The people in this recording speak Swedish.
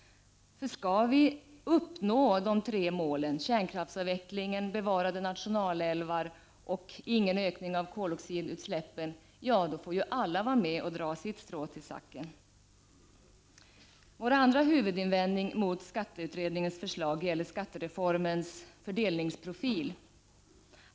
Skall vi uppnå de tre målen kärnkraftsavveckling, bevarade nationalälvar och ingen ökning av koldioxidutsläpp får alla vara med och dra sitt strå till stacken. Vår andra huvudinvändning mot skatteutredningens förslag gäller skattereformens fördelningsprofil.